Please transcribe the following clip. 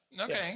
okay